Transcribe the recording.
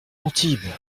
antibes